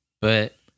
but-